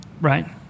right